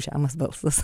žemas balsas